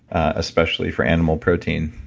especially for animal protein